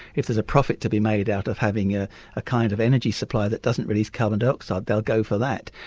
if there's a profit to be made out of having ah a kind of energy supply that doesn't release carbon dioxide they'll go for that.